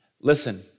Listen